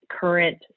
current